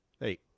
Hey